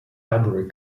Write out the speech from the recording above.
library